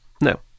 no